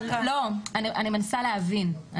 אני מנסה להבין,